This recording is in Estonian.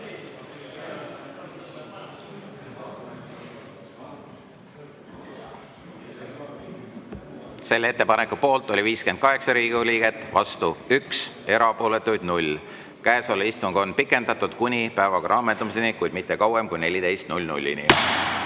Selle ettepaneku poolt oli 58 Riigikogu liiget, vastu 1, erapooletuid 0. Käesolevat istungit on pikendatud kuni päevakorra ammendumiseni, kuid mitte kauem kui 14-ni.